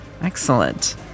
Excellent